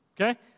okay